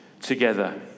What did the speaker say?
together